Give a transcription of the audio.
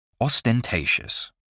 Ostentatious